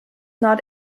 not